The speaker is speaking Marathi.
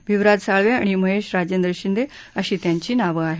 भिवराज साळवे आणि महेश राजेंद्र शिंदे अशी त्यांची नावं आहेत